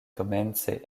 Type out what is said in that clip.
komence